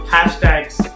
Hashtags